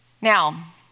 Now